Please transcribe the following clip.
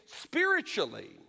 Spiritually